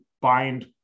bind